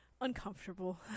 uncomfortable